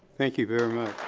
thank you very